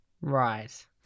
Right